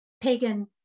pagan